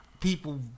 people